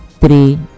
three